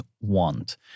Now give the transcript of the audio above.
want